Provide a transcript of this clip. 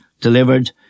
delivered